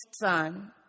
Son